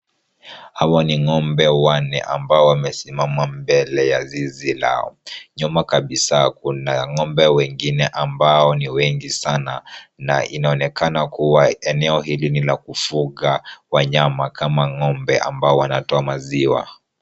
Hawa ni ng'ombe wanne ambao wamesimama mbele ya gizi lao. Nyuma kabisa kuna ng'ombe wengine ambao ni wengi sana, na inaonekana kuwa eneo hili ni la kufuga wanyama kama ng'ombe ambao wanatoa maziwa.